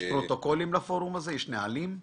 יש פרוטוקולים לפורום הזה, יש נהלים?